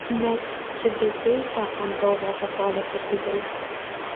net tiubeteika ant galvos atrodė per didelė